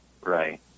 Right